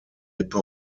lippe